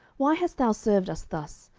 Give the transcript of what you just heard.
why hast thou served us thus,